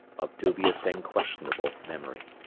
of dubious and questionable memory.